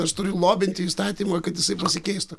aš turiu lobinti įstatymą kad jisai pasikeistų